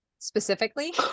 specifically